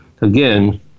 again